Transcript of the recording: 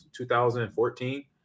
2014